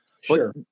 Sure